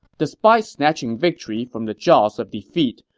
despite snatching victory from the jaws of defeat,